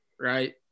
right